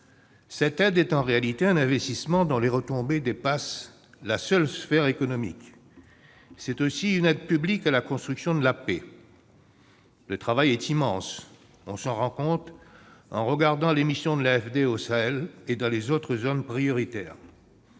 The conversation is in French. cette aide est un investissement, dont les retombées dépassent la seule sphère économique. De fait, elle est aussi une aide publique à la construction de la paix. Le travail est immense ... On s'en rend compte en regardant les missions de l'AFD au Sahel et dans les autres zones prioritaires.